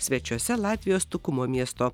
svečiuose latvijos tukumo miesto